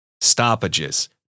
stoppages